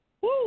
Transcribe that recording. Woo